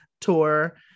tour